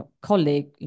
colleague